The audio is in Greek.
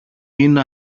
είναι